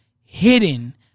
hidden